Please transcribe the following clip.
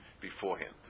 beforehand